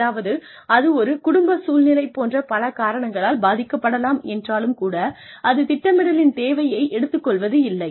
அதாவது அது ஒரு குடும்ப சூழ்நிலை போன்ற பல காரணங்களால் பாதிக்கப்படலாம் என்றாலும் கூட அது திட்டமிடலின் தேவையை எடுத்துக்கொள்வதில்லை